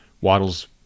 Waddle's